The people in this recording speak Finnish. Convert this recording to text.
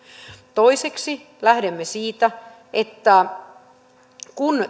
toiseksi lähdemme siitä että kun